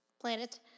planet